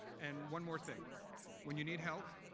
and one more thing when you need help,